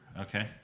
Okay